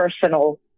personal